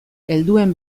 helduen